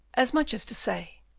as much as to say,